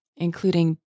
including